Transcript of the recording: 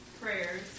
prayers